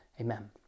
Amen